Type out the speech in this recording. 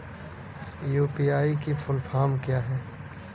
UPI की full form क्या है?